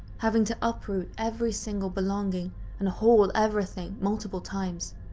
having to uproot every single belonging and haul everything multiple times,